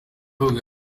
mukobwa